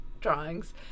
Drawings